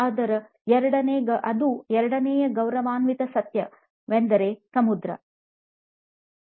ಅವರ ಎರಡನೇ ಗೌರವಾನ್ವಿತ ಸತ್ಯ ವೆಂದರೆ "ಸಮುದ್ರ"